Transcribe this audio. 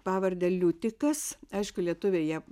pavarde liutikas aišku lietuviai ją